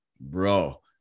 Bro